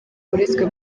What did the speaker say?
uretse